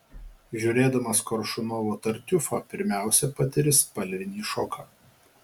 žiūrėdamas koršunovo tartiufą pirmiausia patiri spalvinį šoką